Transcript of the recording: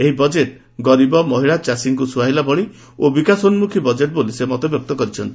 ଏହି ବଜେଟ ଗରୀବ ମହିଳା ଚାଷୀଙ୍କୁ ସୁହାଇଲା ଭଳି ଓ ବିକାଶୋନ୍କଖୀ ବଜେଟ ବୋଲି ସେ କହିଛନ୍ତି